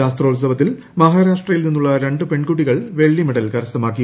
ശാസ്ത്രോത്സവത്തിൽ മഹാരാഷ്ട്രയിൽ നിന്നുള്ള രണ്ട് പെൺകുട്ടികൾ വെള്ളിമെഡൽ കരസ്ഥമാക്കി